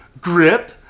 grip